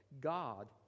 God